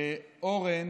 אורן